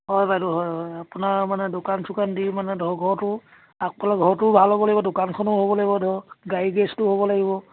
হয় বাইদেউ হয় হয় আপোনাৰ মানে দোকান চোকান দি মানে ধৰক ঘৰতো আগফালৰ ঘৰটোও ভাল হ'ব লাগিব দোকানখনো হ'ব লাগিব ধৰক গাড়ী গেৰেজটো হ'ব লাগিব